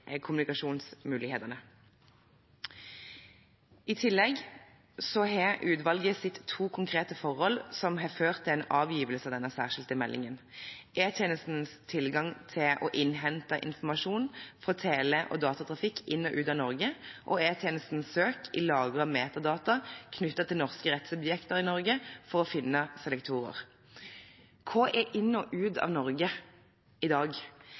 kommunikasjonsmulighetene. I tillegg har utvalget sett to konkrete forhold som har ført til avgivelse av den særskilte meldingen: E-tjenestens tilgang til å innhente informasjon fra tele- og datatrafikk inn og ut av Norge og E-tjenestens søk i lagrede metadata knyttet til norske rettssubjekter i Norge for å finne selektorer. Hva er «inn og ut av Norge» i dag?